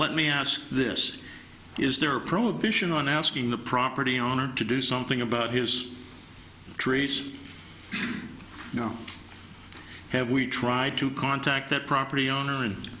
let me ask this is there a prohibition on asking the property owner to do something about his trees now have we tried to contact that property owner and